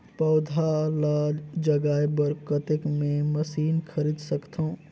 पौधा ल जगाय बर कतेक मे मशीन खरीद सकथव?